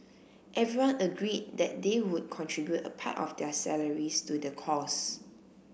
everyone agreed that they would contribute a part of their salaries to the cause